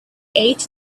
ate